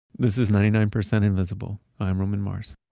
this is ninety nine percent invisible. i'm roman mars.